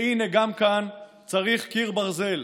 והינה, גם כאן צריך קיר ברזל,